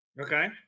Okay